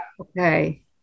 Okay